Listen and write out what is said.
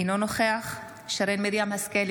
אינו נוכח שרן מרים השכל,